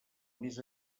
més